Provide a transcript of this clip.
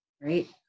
right